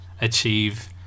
achieve